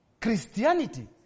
Christianity